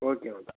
okay